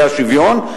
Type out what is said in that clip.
את האי-שוויון,